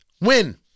Win